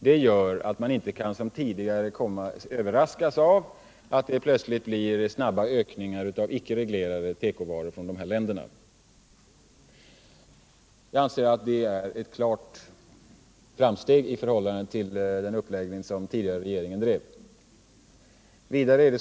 Detta gör att man inte som tidigare kan överraskas av att det plötsligt blir snabba ökningar av volymen icke reglerade tekovaror från dessa länder. Jag anser att detta innebär ett klart framsteg i förhållande till den tidigare regeringens uppläggning.